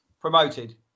promoted